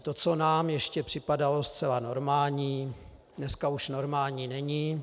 To, co nám ještě připadalo zcela normální, dnes už normální není.